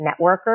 networkers